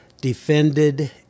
defended